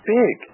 big